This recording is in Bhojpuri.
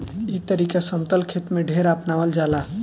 ई तरीका समतल खेत में ढेर अपनावल जाला